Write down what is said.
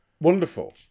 Wonderful